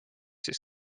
siis